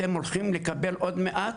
אתם הולכים לקבל עוד מעט,